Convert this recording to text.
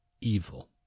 evil